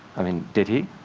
i mean, did he?